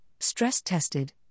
stress-tested